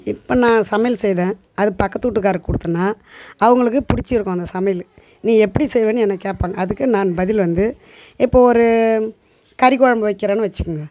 இப்போ நான் சமையல் செய்தேன் அது பக்கத்து வீட்டுகாருக்கு கொடுத்தன்னா அவர்களுக்கு பிடிச்சிருக்கும் அந்த சமையல் நீ எப்படி செய்வேன்னு என்னை கேட்பாங்க அதுக்கு நான் பதில் வந்து இப்போ ஒரு கறி குழம்பு வெக்கிறேன்னு வச்சுக்குங்க